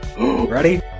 Ready